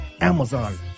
Amazon